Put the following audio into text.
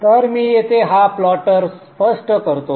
तर मी येथे हा प्लॉटर स्पष्ट करतो